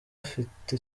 afite